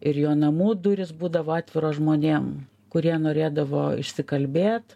ir jo namų durys būdavo atviros žmonėm kurie norėdavo išsikalbėt